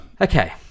okay